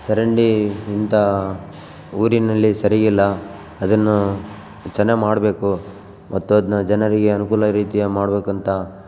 ಚರಂಡಿ ಇಂಥಾ ಊರಿನಲ್ಲಿ ಸರಿಗಿಲ್ಲ ಅದನ್ನು ಚೆನ್ನಾಗ್ ಮಾಡಬೇಕು ಮತ್ತು ಅದ್ನ ಜನರಿಗೆ ಅನುಕೂಲ ರೀತಿಯಾಗಿ ಮಾಡ್ಬೇಕಂತ